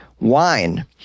wine